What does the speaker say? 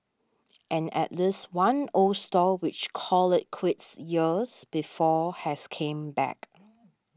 and at least one old stall which called it quits years before has came back